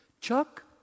Chuck